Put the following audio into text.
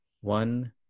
one